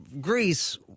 Greece